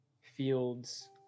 fields